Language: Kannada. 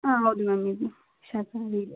ಹಾಂ ಹೌದು ಮ್ಯಾಮ್